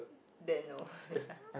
then no ya